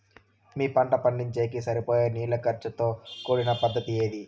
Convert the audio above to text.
మీ పంట పండించేకి సరిపోయే నీళ్ల ఖర్చు తో కూడిన పద్ధతి ఏది?